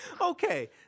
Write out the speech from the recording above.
Okay